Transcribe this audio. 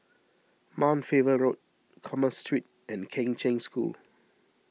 Mount Faber Road Commerce Street and Kheng Cheng School